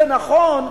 זה נכון,